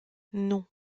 non